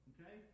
Okay